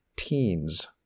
teens